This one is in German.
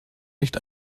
nicht